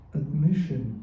admission